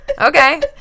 Okay